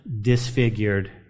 disfigured